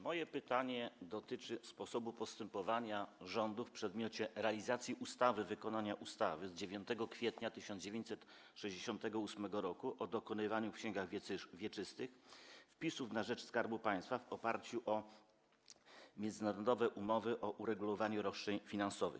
Moje pytanie dotyczy sposobu postępowania rządu w przedmiocie realizacji ustawy, wykonania ustawy z 9 kwietnia 1968 r. o dokonywaniu w księgach wieczystych wpisów na rzecz Skarbu Państwa w oparciu o międzynarodowe umowy o uregulowaniu roszczeń finansowych.